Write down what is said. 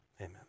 Amen